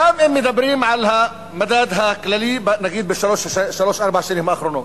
גם אם מדברים על המדד הכללי נגיד בשלוש-ארבע השנים האחרונות.